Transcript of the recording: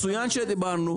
מצוין שדיברנו.